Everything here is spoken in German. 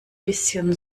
bisschen